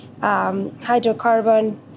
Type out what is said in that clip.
hydrocarbon